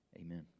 Amen